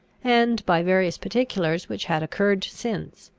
and by various particulars which had occurred since.